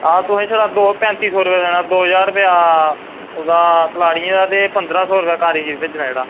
ते तुसें छड़ा पैंती सौ रपेआ देना दौ ज्हार रपेआ कलाड़ियें दा ते पंदरां सौ रपेआ कारीगर गी भेजना जेह्ड़ा